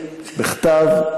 בכתב,